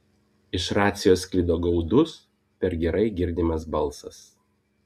iš racijos sklido gaudus per gerai girdimas balsas